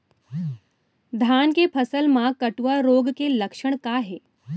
धान के फसल मा कटुआ रोग के लक्षण का हे?